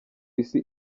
isi